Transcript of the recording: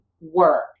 work